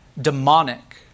demonic